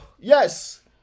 Yes